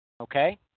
Okay